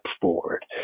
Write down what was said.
forward